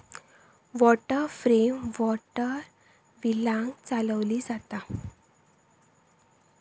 water frame water व्हीलांन चालवली जाता